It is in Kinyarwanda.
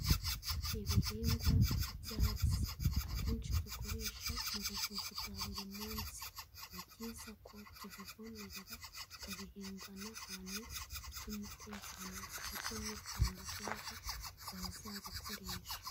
Ibihingwa by'ibyatsi, akenshi dukoresha mu buvuzi bwa buri munsi, ni byiza ko tubivomerera tukabihinga n'ahantu fite umutekano ku buryo n'u Rwanda rw'ejo rwazabikoresha.